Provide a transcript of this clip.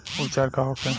उपचार का होखे?